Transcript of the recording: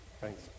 Thanks